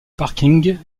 parking